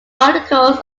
articles